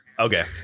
Okay